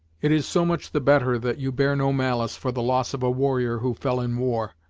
it is so much the better that you bear no malice for the loss of a warrior who fell in war,